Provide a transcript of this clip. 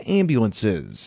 ambulances